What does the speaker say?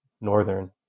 northern